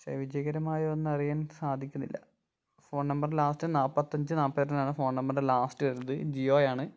പക്ഷെ വിജയകരമായോന്നറിയാൻ സാധിക്കുന്നില്ല ഫോൺ നമ്പർ ലാസ്റ്റ് നാൽപ്പത്തഞ്ച് നാൽപ്പത്തെട്ടാണ് ഫോൺ നമ്പറിൻ്റെ ലാസ്റ്റ് വരുന്നത് ജിയോയാണ്